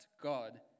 God